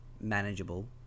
manageable